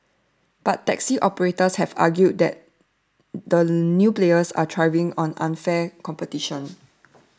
but taxi operators have argued that the new players are thriving on unfair competition